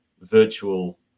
virtual